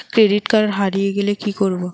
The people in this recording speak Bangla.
ক্রেডিট কার্ড হারিয়ে গেলে কি করব?